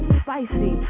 spicy